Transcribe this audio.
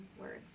words